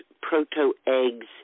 proto-eggs